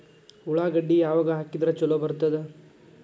ಉಳ್ಳಾಗಡ್ಡಿ ಯಾವಾಗ ಹಾಕಿದ್ರ ಛಲೋ ಬರ್ತದ?